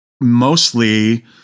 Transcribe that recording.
mostly